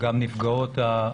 גם נפגעות האלימות,